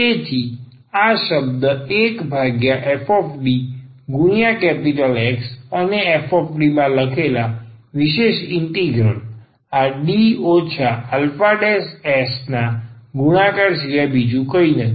તેથી આ શબ્દ 1fDX અને આ fD માં લખેલા વિશેષ ઇન્ટિગ્રલ આD αs ના ગુણાકાર સિવાય બીજું કંઈ નથી